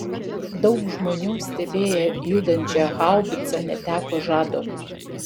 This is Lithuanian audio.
daug žmonių stebėję judančią haubicą neteko žado